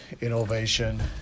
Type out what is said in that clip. innovation